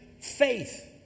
faith